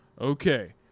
Okay